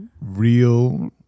real